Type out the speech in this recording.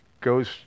goes